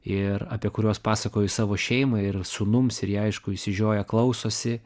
ir apie kuriuos pasakoju savo šeimai ir sūnums ir jie aišku išsižioję klausosi